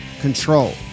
control